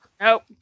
nope